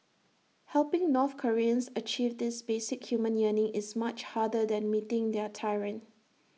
helping north Koreans achieve this basic human yearning is much harder than meeting their tyrant